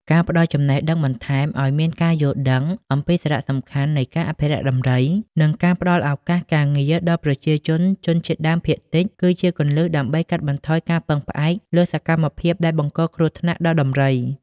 ការផ្តល់ចំណេះដឹងបន្ថែមឲ្យមានការយល់ដឹងអំពីសារៈសំខាន់នៃការអភិរក្សដំរី និងការផ្តល់ឱកាសការងារដល់ប្រជាជនជនជាតិដើមភាគតិច គឺជាគន្លឹះដើម្បីកាត់បន្ថយការពឹងផ្អែកលើសកម្មភាពដែលបង្កគ្រោះថ្នាក់ដល់ដំរី។